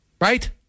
Right